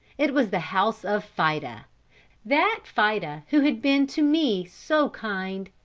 it was the house of fida that fida who had been to me so kind,